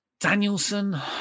Danielson